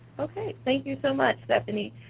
okay, thank you so much, stephanie.